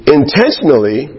intentionally